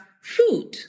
food